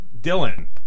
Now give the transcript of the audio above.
Dylan